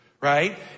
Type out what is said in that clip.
Right